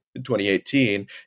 2018